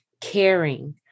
caring